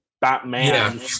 Batman